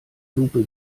lupe